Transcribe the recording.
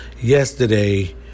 yesterday